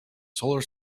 solar